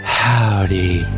howdy